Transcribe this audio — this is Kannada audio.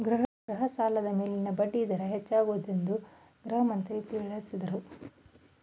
ಗೃಹ ಸಾಲದ ಮೇಲಿನ ಬಡ್ಡಿ ದರ ಹೆಚ್ಚಾಗುವುದೆಂದು ಗೃಹಮಂತ್ರಿ ತಿಳಸದ್ರು